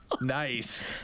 Nice